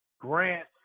Grant